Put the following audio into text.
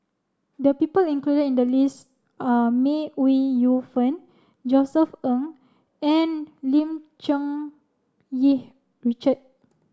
the people included in the list are May Ooi Yu Fen Josef Ng and Lim Cherng Yih Richard